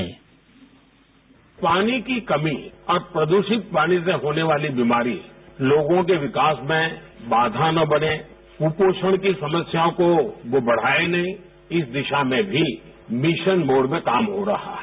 sound bite पानी की कमी और प्रदूषित पानी से होने वाली बीमारी लोगों के विकास में बाधा न बने कुपोषण की समस्याओं को वो बढ़ाए नहीं इस दिशा में भी मिशन मोड में काम हो रहा है